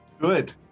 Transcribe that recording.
Good